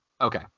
Okay